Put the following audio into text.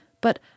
but